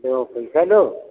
लो पैसे लो